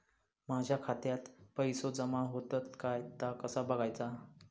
माझ्या खात्यात पैसो जमा होतत काय ता कसा बगायचा?